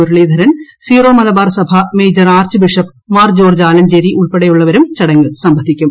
Muraleedharan Syro Malabar സഭാമേജർ archbishop Mar George Alencherry ഉൾപ്പെടെയുള്ളവരും ചടങ്ങിൽ സംബന്ധിക്കും